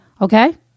okay